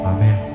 Amen